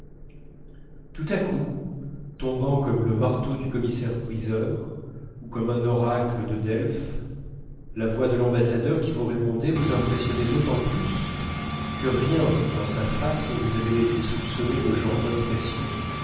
tout à coup tombant comme le marteau du commissaire-priseur ou comme un oracle de delphes la voix de l'ambassadeur qui vous répondait vous impressionnait d'autant plus que rien dans sa face ne vous avait laissé soupçonner le genre d'impression